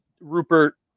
Rupert